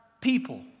people